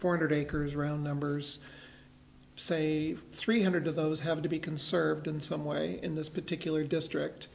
four hundred acres around numbers say three hundred of those have to be conserved in some way in this particular district